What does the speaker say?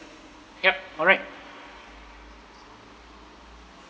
yup alright